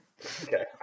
Okay